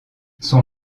son